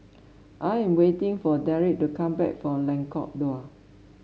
I am waiting for Derrick to come back from Lengkong Dua